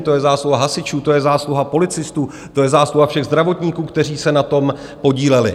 To je zásluha hasičů, to je zásluha policistů, to je zásluha všech zdravotníků, kteří se na tom podíleli.